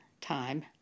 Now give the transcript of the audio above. time